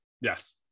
yes